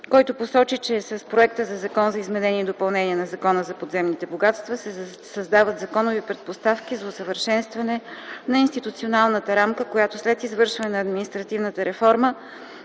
който посочи, че с проекта на Закон за изменение и допълнение на Закона за подземните богатства се създават законови предпоставки за усъвършенстване на институционалната рамка, като след извършване на административната реформа